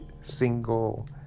single